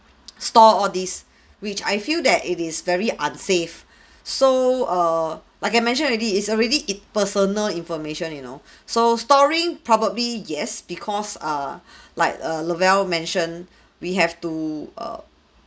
store all this which I feel that it is very unsafe so err like I mention already is already it personal information you know so storing probably yes because err like err lovell mention we have to err